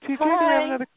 Hi